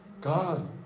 God